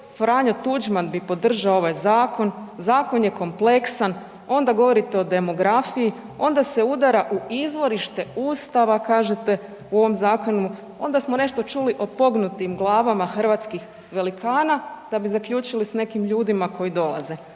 Franjo Tuđman bi podržao ovaj zakon, zakon je kompleksan, onda govorite o demografiji, onda se udara u izvorište Ustava, kažete u ovom zakonu, onda smo nešto čuli o pognutim glavama hrvatskih velikana, da bi zaključili sa nekim ljudima koji dolaze,